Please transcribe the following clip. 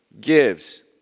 gives